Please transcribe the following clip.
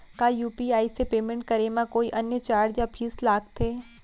का यू.पी.आई से पेमेंट करे म कोई अन्य चार्ज या फीस लागथे?